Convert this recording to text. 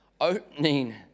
opening